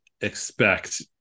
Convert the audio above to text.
expect